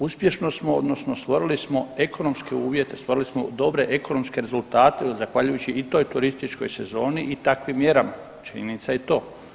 Uspješno smo odnosno stvorili smo ekonomske uvjete, stvorili smo dobre ekonomske rezultate zahvaljujući i toj turističkoj sezoni i takvim mjerama, činjenica je i to.